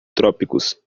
trópicos